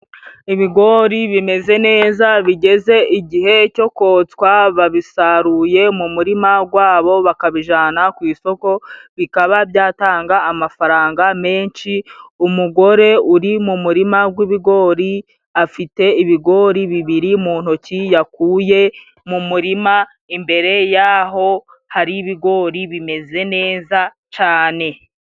Ibigori bimeze neza bigeze igihe cyo kotswa, babisaruye mu murima gwabo bakabijana ku isoko, bikaba byatanga amafaranga menshi, umugore uri mu murima gw'ibigori, afite ibigori bibiri mu ntoki yakuye mu murima, imbere yaho hari ibigori bimeze neza cane.